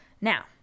now